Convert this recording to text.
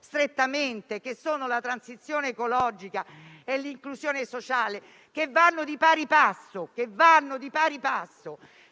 strettamente. Sto parlando della transizione ecologica e dell'inclusione sociale, che vanno di pari passo